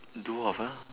dwarf ah